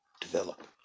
develop